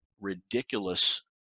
ridiculous